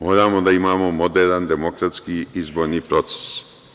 Moramo da imamo moderan, demokratski i izborni proces.